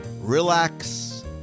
relax